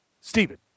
Stephen